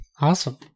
Awesome